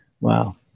Wow